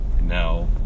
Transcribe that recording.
now